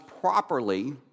properly